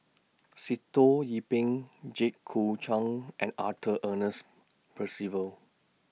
Sitoh Yih Pin Jit Koon Ch'ng and Arthur Ernest Percival